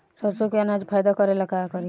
सरसो के अनाज फायदा करेला का करी?